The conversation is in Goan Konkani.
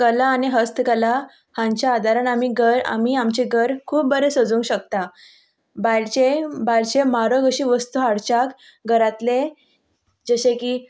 कला आनी हस्तकला हांच्या आदारान आमी घर आमी आमचें घर खूब बरें सजोवंक शकता भायरचें भायरचें म्हारग अशी वस्तू हाडच्याक घरांतलें जशें की